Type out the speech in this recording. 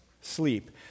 sleep